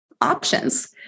options